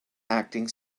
acting